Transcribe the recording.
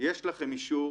יש לכם אישור,